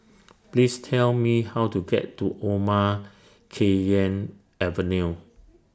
Please Tell Me How to get to Omar Khayyam Avenue